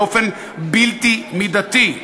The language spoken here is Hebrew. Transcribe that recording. באופן בלתי מידתי.